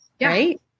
right